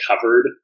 covered